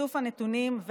יש אנשים ששומעים את זה,